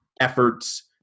efforts